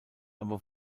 aber